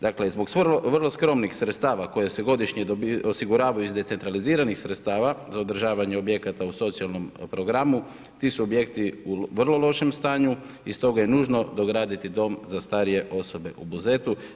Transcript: Dakle, zbog vrlo skromnih sredstava koji se godišnje osiguravaju iz decentraliziranih sredstava za održavanje objekata u socijalnom programu ti su objekti u vrlo lošem stanju i stoga je nužno dograditi dom za starije osobe u Buzetu.